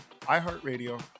iHeartRadio